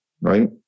right